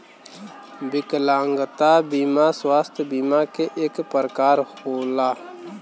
विकलागंता बिमा स्वास्थ बिमा के एक परकार होला